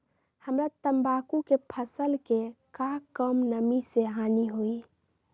हमरा तंबाकू के फसल के का कम नमी से हानि होई?